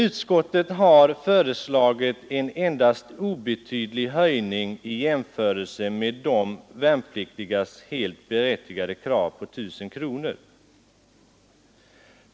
Utskottet har alltså 33 föreslagit en obetydlig höjning i jämförelse med de värnpliktigas helt berättigade krav på 1 000 kronor.